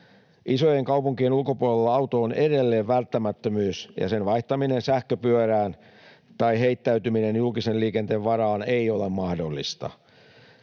Isojen kaupunkien ulkopuolella auto on edelleen välttämättömyys ja sen vaihtaminen sähköpyörään tai heittäytyminen julkisen liikenteen varaan ei ole mahdollista.